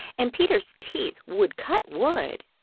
and peter's teeth would cut wood.